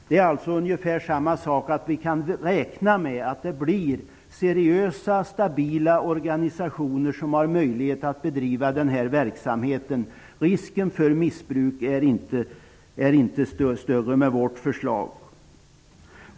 Det är alltså ungefär samma sak som att vi kan räkna med att det blir seriösa, stabila organisationer som har möjlighet att bedriva den här verksamheten. Risken för missbruk är inte större med vårt förslag.